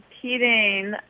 competing